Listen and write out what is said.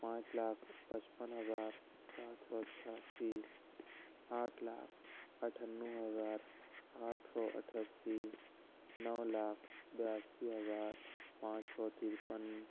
پانچ لاکھ پچپن ہزار سات سو چھیاسی آٹھ لاکھ اٹھانو ہزار آٹھ سو اٹھاسی نو لاکھ بیاسی ہزار پانچ سو ترپن